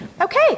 Okay